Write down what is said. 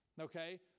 Okay